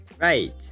Right